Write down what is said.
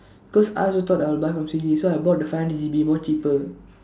cause I also thought I will buy from C_D so I bought the five hundred G_B more cheaper